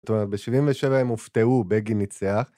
זאת אומרת, ב-77 הם הופתעו, בגין ניצח.